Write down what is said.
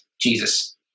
Jesus